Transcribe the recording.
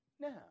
Now